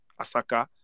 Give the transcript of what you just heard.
Asaka